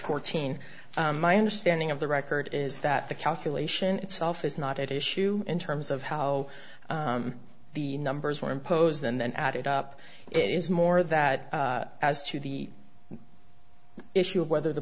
fourteen my understanding of the record is that the calculation itself is not at issue in terms of how the numbers were imposed and then added up it is more that as to the issue of whether the